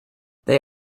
they